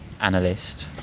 analyst